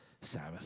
Sabbath